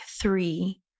three